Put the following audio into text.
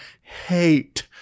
Hate